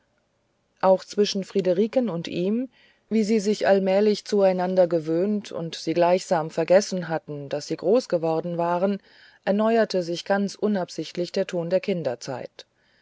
auch zwischen friederiken und ihm wie sie sich allmählich zueinander gewöhnt und sie gleichsam vergessen hatten daß sie groß geworden waren erneuerte sich ganz unabsichtlich der ton der kinderzeit